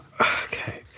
Okay